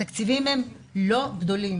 התקציבים לא גדולים,